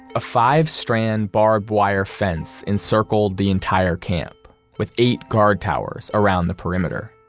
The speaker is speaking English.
a five strand barbed wire fence encircled the entire camp with eight guard towers around the perimeter.